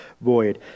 void